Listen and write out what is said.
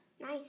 Nice